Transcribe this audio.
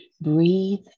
Breathe